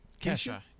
Kesha